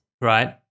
right